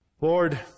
Lord